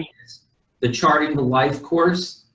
the charting the life course.